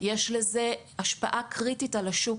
יש לזה השפעה קריטית על השוק.